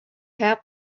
had